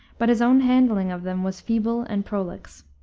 but his own handling of them was feeble and prolix.